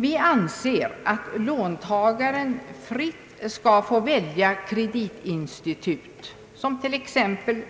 Vi anser att låntagaren fritt skall få välja kreditinstitut, t.ex.